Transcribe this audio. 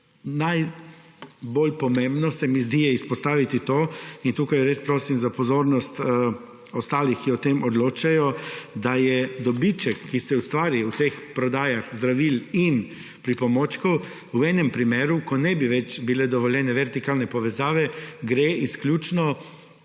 Najbolj pomembno se mi zdi izpostaviti to – in tukaj res prosim za pozornost ostalih, ki o tem odločajo – da gre dobiček, ki se ustvari s prodajami zdravil in pripomočkov, v enem primeru, ko ne bi bile več dovoljene vertikalne povezave, izključno